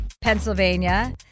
Pennsylvania